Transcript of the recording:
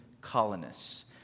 colonists